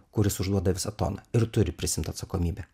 kuris užduoda visą toną ir turi prisiimt atsakomybę